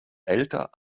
älter